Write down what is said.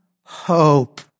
hope